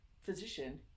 physician